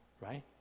right